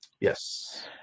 Yes